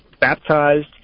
baptized